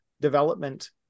development